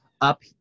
up